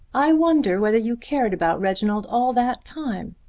i wonder whether you cared about reginald all that time.